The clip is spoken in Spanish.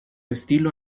estilo